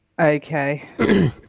Okay